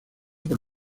por